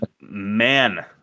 man